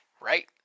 right